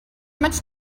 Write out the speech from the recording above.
much